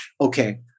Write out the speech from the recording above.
okay